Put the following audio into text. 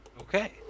Okay